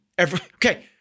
Okay